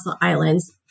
Islands